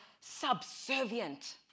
subservient